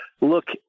look –